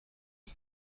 کنم